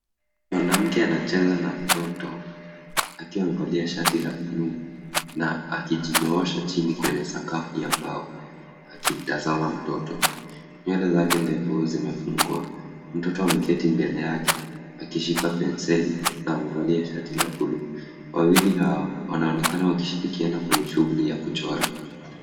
Mwanamke anacheza na mtoto akiwa amevalia la shati buluu na akijinyoosha chini kwenye sakafu ya mbao akimtazama mtoto, nywele zake ndefu zimefungwa mtoto ameketi mbele yake akishika penseli amevalia shati la buluu, wawili hao wanaonekana wakishirikiana kwenye shughuli ya kuchora.